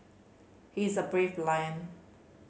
he is a brave lion